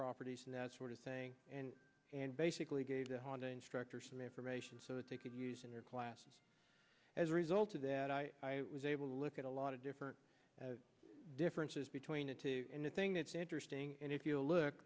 properties and that sort of thing and basically gave the honda instructor some information so that they could use in their classes as a result of that i was able to look at a lot of different differences between the two and the thing that's interesting and if you look